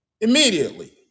immediately